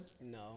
No